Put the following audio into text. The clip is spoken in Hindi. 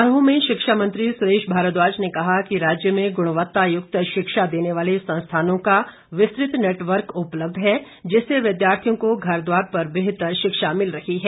समारोह में शिक्षा मंत्री सुरेश भारद्वाज ने कहा कि राज्य में ग्रणवत्तायुक्त शिक्षा देने वाले संस्थानों का विस्तृत नेटवर्क उपलब्ध है जिससे विद्यार्थियों को घर द्वार पर बेहतर शिक्षा मिल रही है